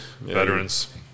veterans